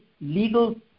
legal